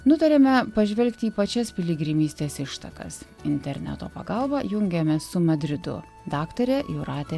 nutarėme pažvelgti į pačias piligrimystės ištakas interneto pagalba jungiamės su madridu daktarė jūratė